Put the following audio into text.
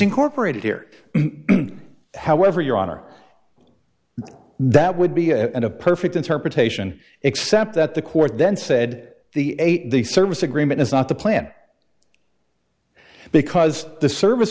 incorporated here however your honor that would be a perfect interpretation except that the court then said the eight the service agreement is not the plan because the service